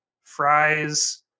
fries